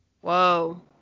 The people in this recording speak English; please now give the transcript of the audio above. whoa